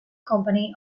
company